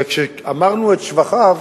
וכשאמרנו את שבחיו,